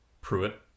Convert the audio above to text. Pruitt